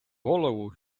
голову